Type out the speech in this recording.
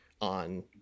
on